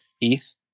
ETH